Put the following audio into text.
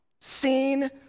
seen